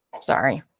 Sorry